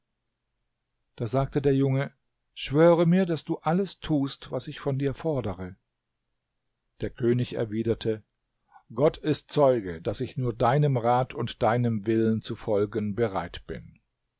da sagte der junge schwöre mir daß du alles tust was ich von dir fordere der könig erwiderte gott ist zeuge daß ich nur deinem rat und deinem willen zu folgen bereit bin